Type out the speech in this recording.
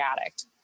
addict